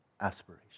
aspiration